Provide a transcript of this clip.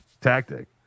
tactic